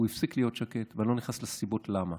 הוא הפסיק להיות שקט, ואני לא נכנס לסיבות למה.